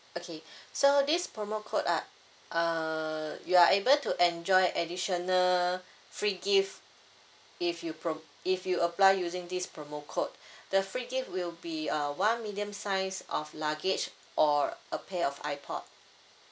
okay so this promo code are uh you are able to enjoy additional free gift if you pro~ if you apply using this promo code the free gift will be a one medium size of luggage or a pair of iPod